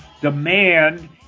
demand